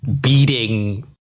beating